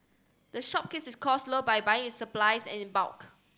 the shop keeps its cost low by buying it supplies and in bulk